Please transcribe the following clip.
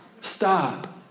stop